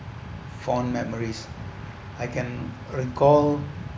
fond memories I can recall